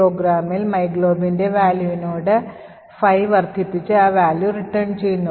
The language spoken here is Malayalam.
പ്രോഗ്രാമിൽ myglobൻറെ valueവിനോട് 5 വർദ്ധിപ്പിച്ച് ആ value return ചെയ്യുന്നു